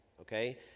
okay